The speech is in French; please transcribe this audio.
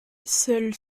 seuls